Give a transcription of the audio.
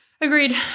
Agreed